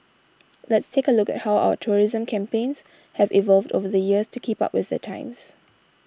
let's take a look at how our tourism campaigns have evolved over the years to keep up with the times